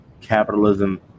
capitalism